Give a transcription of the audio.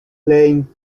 playing